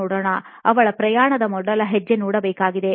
ಅವರ ಪ್ರಯಾಣದ ಮೊದಲ ಹೆಜ್ಜೆ ನೋಡಬೇಕಾಗಿದೆ